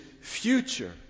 future